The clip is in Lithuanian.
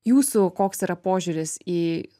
jūsų koks yra požiūris į